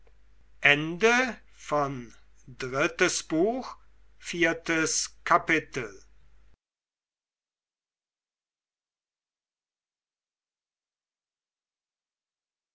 drittes buch erstes kapitel